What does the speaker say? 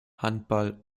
handball